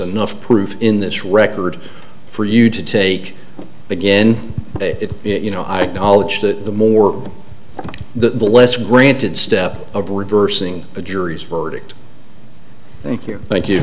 enough proof in this record for you to take begin it you know i acknowledge that the more the less granted step of reversing the jury's verdict thank you thank you